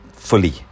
fully